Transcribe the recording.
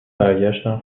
برگشتن